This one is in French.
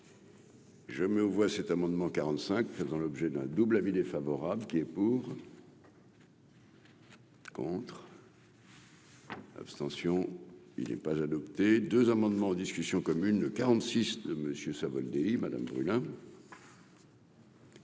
Je me vois cet amendement 45 faisant l'objet d'un double avis défavorable qui est pour. Contre. Abstention : il n'est pas adopté 2 amendements en discussion commune 46 de monsieur Savoldelli madame brûle,